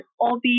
OB